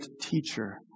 teacher